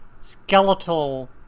skeletal